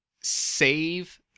save